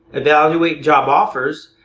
evaluate job offers,